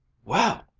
well!